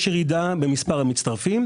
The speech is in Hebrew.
יש ירידה במספר המצטרפים,